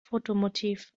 fotomotiv